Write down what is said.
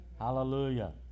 Hallelujah